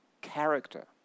character